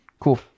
Cool